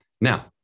Now